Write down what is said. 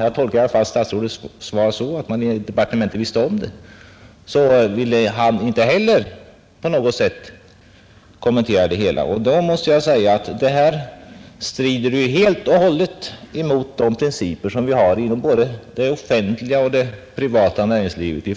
jag tolkar statsrådets svar så att man i departementet då visste om problemen — ville inte ens en representant för industridepartementet på något sätt kommentera det hela. Då måste jag säga att detta helt och hållet strider mot de principer beträffande information som vi har inom såväl det offentliga som det privata näringslivet.